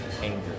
anger